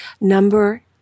number